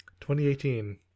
2018